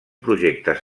projectes